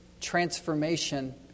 transformation